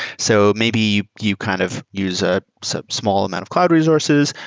so maybe you kind of use a so small amount of cloud resources,